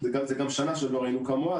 זאת גם שנה שעוד לא ראינו כמוה,